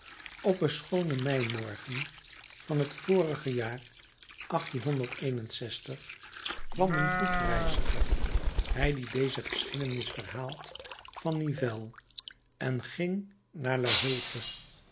op een schoonen mei morgen van het vorige jaar kwam een voetreiziger hij die deze geschiedenis verhaalt van nivelles en ging naar la hulpe